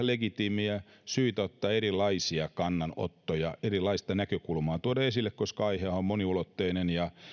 legitiimejä syitä tehdä siihen erilaisia kannanottoja erilaista näkökulmaa tuoda esille koska aihehan on moniulotteinen ja